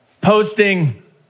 posting